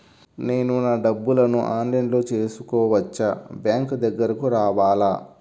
నేను నా డబ్బులను ఆన్లైన్లో చేసుకోవచ్చా? బ్యాంక్ దగ్గరకు రావాలా?